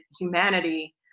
humanity